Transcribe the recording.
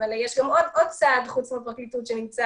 מהבחינה הזו זו לא תופעה.